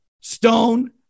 Stone